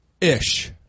ish